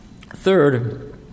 Third